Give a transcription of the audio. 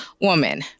woman